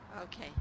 Okay